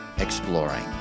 Exploring